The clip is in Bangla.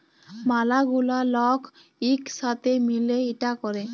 ম্যালা গুলা লক ইক সাথে মিলে ইটা ক্যরে